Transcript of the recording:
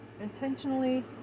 intentionally